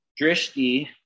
Drishti